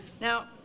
Now